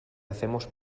hacemos